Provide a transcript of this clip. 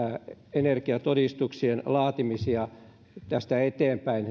energiatodistuksien laatimisia tästä eteenpäin